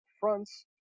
fronts